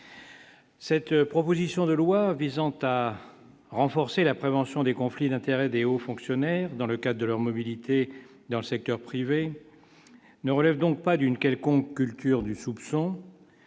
Cette proposition de loi visant à renforcer la prévention des conflits d'intérêts, aux fonctionnaires, dans le cas de leur mobilité dans le secteur privé ne relève donc pas d'une quelconque culture du soupçon